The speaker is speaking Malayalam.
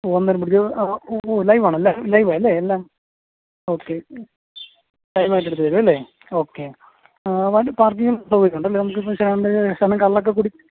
ഓ ഓ ലൈവ് ആണല്ലേ ലൈവ് അല്ലേ എല്ലാം ഓക്കെ ലൈവ് ആയിട്ട് എടുത്ത് തരും അല്ലേ ഓക്കെ വണ്ടി പാർക്കിങ്ങിന് സൗകര്യം ഉണ്ടല്ലേ നമുക്ക് മറ്റേ ശകലം കള്ളൊക്കെ കുടിച്ച്